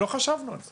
לא חשבנו על זה.